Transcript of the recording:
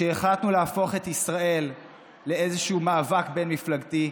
כשהחלטנו להפוך את ישראל לאיזשהו מאבק בין-מפלגתי.